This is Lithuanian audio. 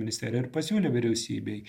ministerija ir pasiūlė vyriausybei